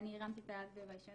ואני הרמתי את היד בביישנות.